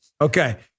Okay